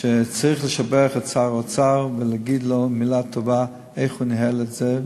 שצריך לשבח את שר האוצר ולהגיד לו מילה טובה על איך שהוא ניהל את זה,